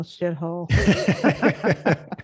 shithole